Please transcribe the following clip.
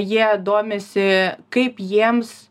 jie domisi kaip jiems